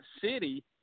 city